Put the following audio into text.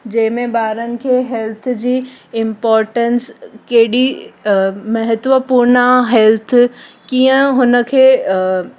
जंहिंमें ॿारनि खे हेल्थ जी इंपोरटंस केॾी महत्वपूर्ण आहे हेल्थ कीअं हुनखे